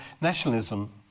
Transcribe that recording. nationalism